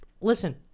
listen